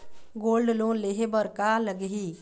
Gold loan लेहे बर का लगही?